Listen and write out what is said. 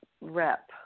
rep